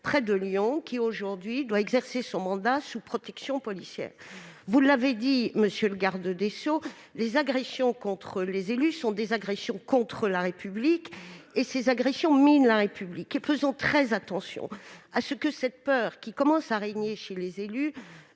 près de Lyon, qui doit aujourd'hui exercer son mandat sous protection policière. Vous l'avez dit, monsieur le garde des sceaux, les agressions contre les élus sont des agressions contre la République et ces agressions minent la République. Faisons très attention à ce que cette peur qui apparaît chez les élus